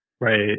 Right